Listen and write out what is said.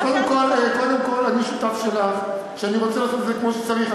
אז קודם כול אני שותף שלך בזה שאני רוצה לעשות את זה כמו שצריך.